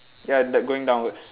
ya the going downwards